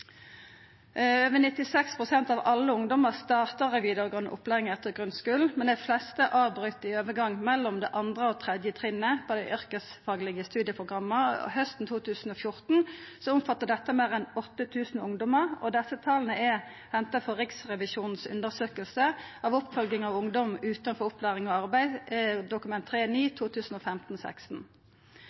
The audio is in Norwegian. av alle ungdomar startar med vidaregåande opplæring etter grunnskulen, men dei fleste avbryt i overgangen mellom andre og tredje trinn på dei yrkesfaglege studieprogramma. Hausten 2014 omfatta dette meir enn 8 000 ungdomar. Desse tala er henta frå Riksrevisjonens undersøkelse av oppfølging av ungdom utanfor opplæring og arbeid, Dokument